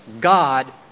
God